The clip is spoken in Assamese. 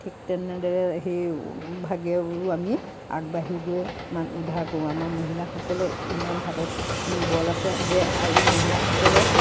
ঠিক তেনেদৰে সেই ভাগিয়ে বোলো আমি আগবাঢ়ি গৈ মানে উদ্ধাৰ কৰোঁ আমাৰ মহিলাসকলৰ ইমান হাতত বল আছে যে আৰু মহিলাসকলে